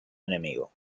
enemigo